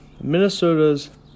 Minnesota's